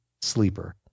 sleeper